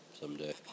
someday